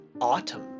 autumn